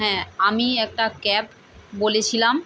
হ্যাঁ আমি একটা ক্যাব বলেছিলাম